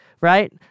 right